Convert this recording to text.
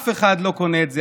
אף אחד לא קונה את זה,